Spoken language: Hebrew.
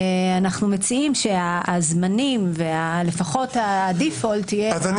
אנחנו מציעים שהזמנים ולפחות ה- defaultיהיו --- אז אני